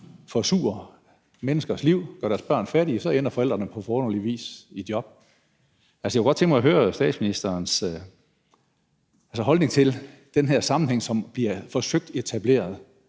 forsurer menneskers liv og gør deres børn fattige, så ender forældrene på forunderlig vis i job. Altså, jeg kunne godt tænke mig at høre statsministerens holdning til den her sammenhæng, som bliver forsøgt etableret.